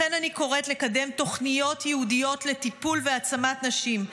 לכן אני קוראת לקדם תוכניות ייעודיות לטיפול ולהעצמת נשים,